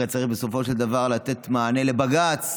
הרי צריך בסופו של דבר לתת מענה לבג"ץ.